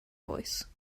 voice